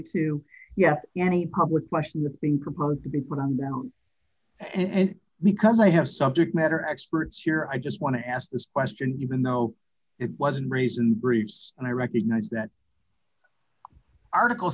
to yes any public question that being proposed to be put on down and because i have subject matter experts here i just want to ask this question even though it wasn't raised in briefs and i recognize that article